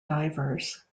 divers